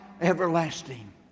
everlasting